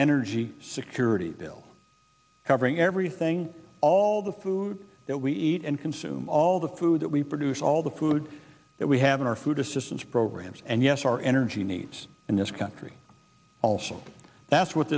energy security bill covering everything all the food that we eat and consume all the food that we produce all the food that we have in our food assistance programs and yes our energy needs in this country also that's what